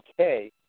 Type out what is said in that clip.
okay